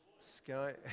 Sky